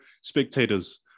spectators